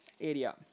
area